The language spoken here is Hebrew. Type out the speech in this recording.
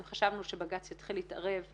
אם חשבנו שבג"ץ יתחיל להתערב,